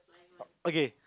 orh okay